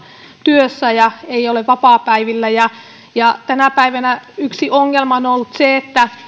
työssä ja eivät ole vapaapäivillä tänä päivänä yksi ongelma on on ollut se että